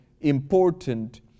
important